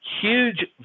huge